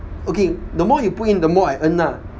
okay the more you put in the more I earn lah